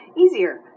easier